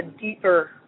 deeper